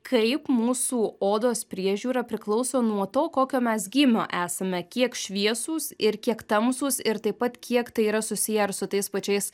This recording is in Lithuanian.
kaip mūsų odos priežiūra priklauso nuo to kokio mes gymio esame kiek šviesūs ir kiek tamsūs ir taip pat kiek tai yra susiję ir su tais pačiais